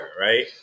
right